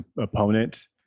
opponent